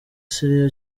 syria